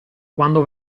quando